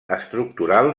estructural